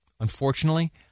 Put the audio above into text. unfortunately